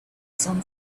sun